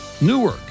Newark